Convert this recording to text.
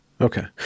Okay